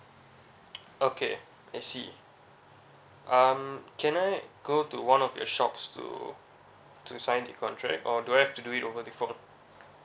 okay I see um can I go to one of your shops to to sign the contract or do I have to do it over the phone